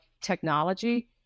technology